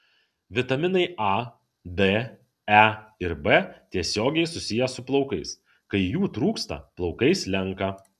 vitaminai a d e ir b tiesiogiai susiję su plaukais kai jų trūksta plaukai slenka